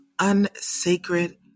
unsacred